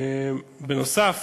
בנוסף,